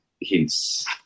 hints